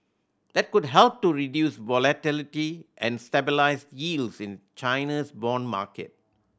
that could help to reduce volatility and stabilise yields in China's bond market